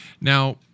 Now